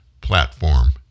platform